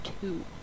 two